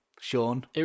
Sean